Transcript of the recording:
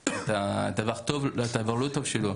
דבר טוב ודבר לא טוב שלו,